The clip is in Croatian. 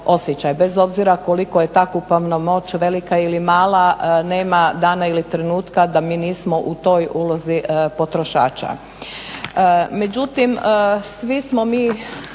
bez obzira koliko je ta kupovna moć velika ili mala nema dana ili trenutka da mi nismo u toj ulozi potrošača.